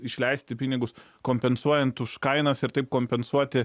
išleisti pinigus kompensuojant už kainas ir taip kompensuoti